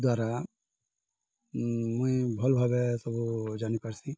ଦ୍ୱାରା ମୁଇଁ ଭଲ୍ ଭାବେ ସବୁ ଜାଣି ପାର୍ସି